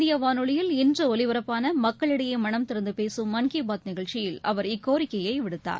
இந்தியவானொலியில் இன்றுஒலிபரப்பானமக்களிடையேமனம் திறந்தபேசும் மன் அகில கிபாத் நிகழ்ச்சியில் அவர் இக்கோரிக்கையைவிடுத்தார்